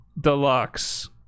Deluxe